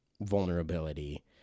vulnerability